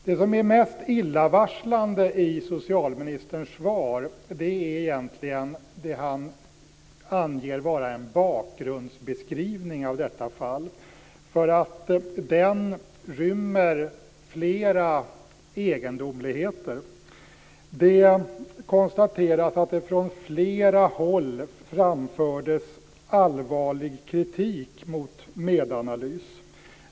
Det som är mest illavarslande i socialministerns svar är egentligen det som han anger vara en bakgrundsbeskrivning av fallet. Den rymmer nämligen flera egendomligheter. Det konstateras att det från flera håll framfördes allvarlig kritik mot Medanalys.